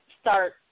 start –